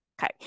Okay